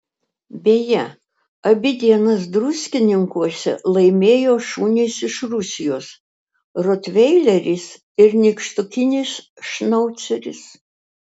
beje abi dienas druskininkuose laimėjo šunys iš rusijos rotveileris ir nykštukinis šnauceris